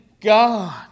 God